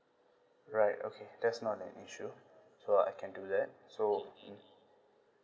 right okay that's not an issue so I can do that so mm